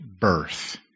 birth